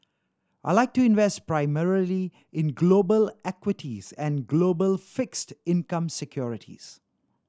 I like to invest primarily in global equities and global fixed income securities